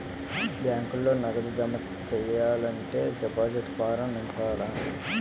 బ్యాంకులో నగదు జమ సెయ్యాలంటే డిపాజిట్ ఫారం నింపాల